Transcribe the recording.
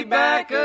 back